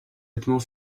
vêtement